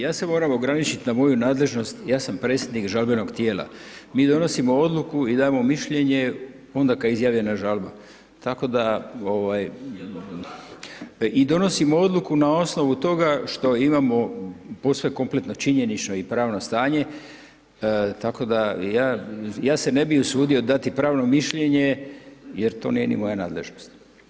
Ja se moram ograničit na moju nadležnost, ja sam predsjednik žalbenog tijela, mi donosimo odluku i dajemo mišljenje onda kada je izjavljena žalba, tako da i donosimo odluku na osnovu toga što imamo posve kompletno činjenično i pravno stanje, tako da ja, ja se ne bi usudio dati pravno mišljenje jer to nije ni moja nadležnost.